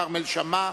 כרמל שאמה,